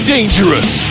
Dangerous